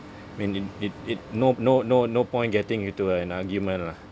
I mean it it it no no no no point getting into an argument lah